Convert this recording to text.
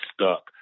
stuck